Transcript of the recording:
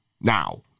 now